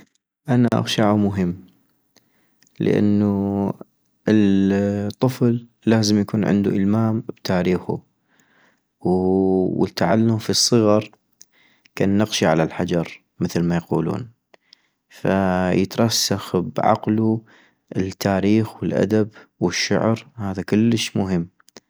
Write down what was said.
أنا اغشعو مهم ، لانو الطفل لازم يكون عندو المام بتاريخو ، والتعلم في الصغر كالنقش على الحجر مثل مايقولون - فيترسخ بعقلو التاريخ والادب والشعر هذا كلش مهم